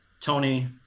Tony